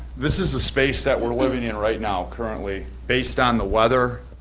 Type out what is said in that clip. this is the space that we're living in right now, currently. based on the weather,